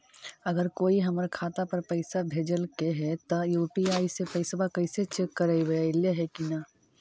अगर कोइ हमर खाता पर पैसा भेजलके हे त यु.पी.आई से पैसबा कैसे चेक करबइ ऐले हे कि न?